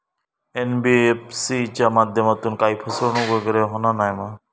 NBFC च्या माध्यमातून काही फसवणूक वगैरे होना नाय मा?